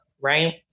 right